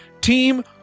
Team